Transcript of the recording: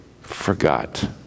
forgot